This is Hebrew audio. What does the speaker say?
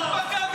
גם בבית